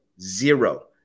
zero